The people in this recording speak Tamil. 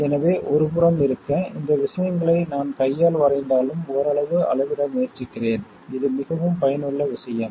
எனவே ஒருபுறம் இருக்க இந்த விஷயங்களை நான் கையால் வரைந்தாலும் ஓரளவு அளவிட முயற்சிக்கிறேன் இது மிகவும் பயனுள்ள விஷயம்